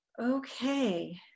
okay